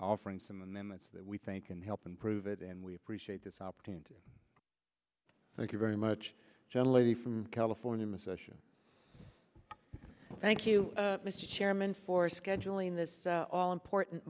offering some amendments that we think can help improve it and we appreciate this opportunity thank you very much generally from california thank you mr chairman for scheduling this all important